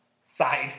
side